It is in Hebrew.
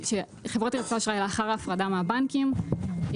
לאחר ההפרדה מהבנקים,